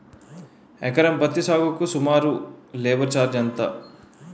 ఎకరం పత్తి సాగుకు సుమారు లేబర్ ఛార్జ్ ఎంత?